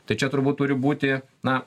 tai čia turbūt turi būti na